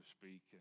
speak